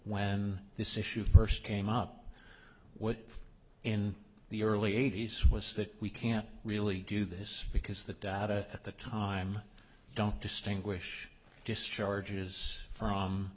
when this issue first came up what in the early eighty's was that we can't really do this because the data at the time don't distinguish just charges from